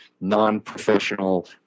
non-professional